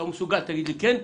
אם אתה מסוגל תגיד לי כן.